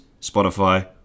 Spotify